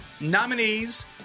nominees